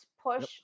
push